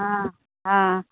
आं